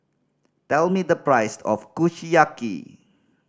tell me the price of Kushiyaki